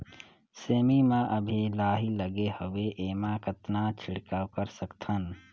सेमी म अभी लाही लगे हवे एमा कतना छिड़काव कर सकथन?